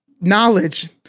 Knowledge